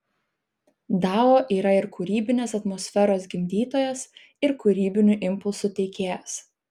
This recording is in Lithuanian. dao yra ir kūrybinės atmosferos gimdytojas ir kūrybinių impulsų teikėjas